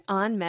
on